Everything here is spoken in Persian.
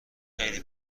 خیلی